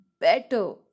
better